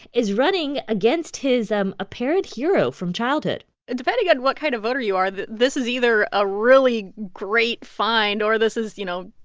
is running against his um apparent hero from childhood depending on what kind of voter you are, this is either a really great find, or this is, you know,